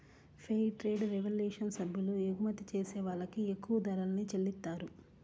fair trade revolution సభ్యులు ఎగుమతి చేసే వాళ్ళకి ఎక్కువ ధరల్ని చెల్లిత్తారు